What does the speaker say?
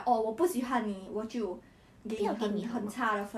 then you know 吃完在 canteen 我们吃完 liao right